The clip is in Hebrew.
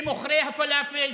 במוכרי הפלאפל,